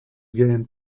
gained